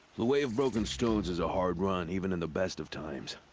the way of broken stones is a hard run, even in the best of times.